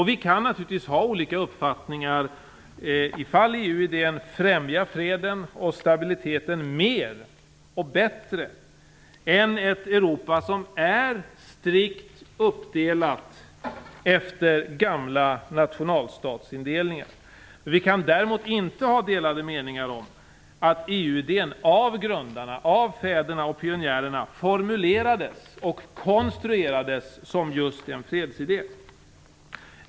Vi kan naturligtvis ha olika uppfattningar om i fall EU-idén främjar freden och stabiliteten mer och bättre än ett Europa som är strikt uppdelat efter gamla nationalstatsindelningar. Vi kan däremot inte ha delade meningar om att EU-idén av grundarna, fäderna och pionjärerna formulerades och konstruerades som just en fredsidé.